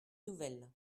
nouvelle